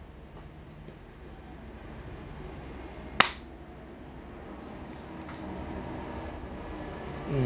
mm